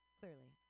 clearly